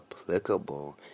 applicable